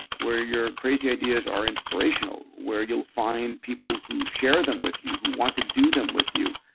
where your crazy ideas are inspirational? where you'll find people who share them with you, who want to do them with you,